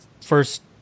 first